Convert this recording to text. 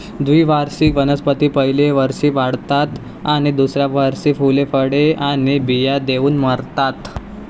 द्विवार्षिक वनस्पती पहिल्या वर्षी वाढतात आणि दुसऱ्या वर्षी फुले, फळे आणि बिया देऊन मरतात